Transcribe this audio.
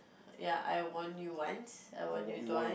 ya I warned you once I warned you twice